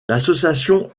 l’association